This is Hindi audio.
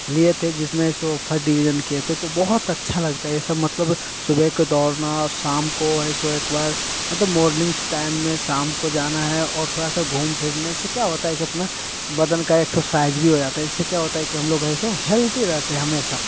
लिए थे जिसमें सो फर्स्ट डिवीजन किए थे तो बहुत अच्छा लगता है यह सब मतलब सुबह का दौड़ना शाम को ऐसे एक बार मतलब मॉर्निंग टाइम में शाम को जाना है और थोड़ा सा घूम फिरने से क्या होता है कि अपना बदन का एक्सरसाइज भी हो जाता है इससे क्या होता है कि हम लोग ऐसे हेल्दी रहते हैं हमेशा